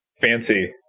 Fancy